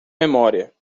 memória